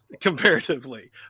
comparatively